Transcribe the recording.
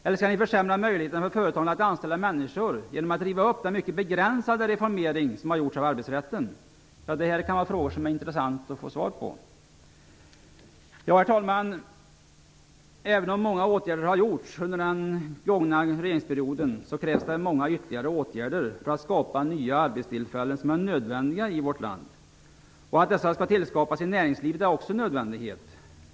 Eller skall ni försämra möjligheterna för företagen att anställa människor genom att riva upp den mycket begränsade reformering som har gjorts av arbetsrätten? Det här är frågor som det kan vara intressant att få svar på. Herr talman! Även om många åtgärder har vidtagits under den gångna regeringsperioden krävs det många ytterligare åtgärder för att skapa nya arbetstillfällen som är nödvändiga i vårt land. Att dessa tillskapas i näringslivet är också en nödvändighet.